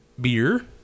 beer